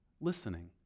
listening